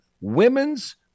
women's